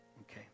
Okay